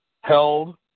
held